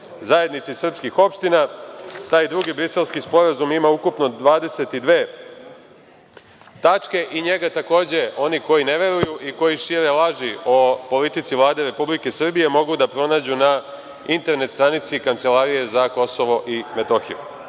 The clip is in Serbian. zajednici srpskih opština. Taj Drugi Briselski sporazum ima ukupno 22 tačke i njega, takođe, oni koji ne veruju i koji šire laži o politici Vlade Republike Srbije, mogu da pronađu na internet stranici Kancelarije za KiM.